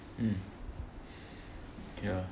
mm ya